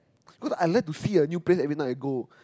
cause I like to see a new place everytime I go